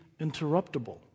interruptible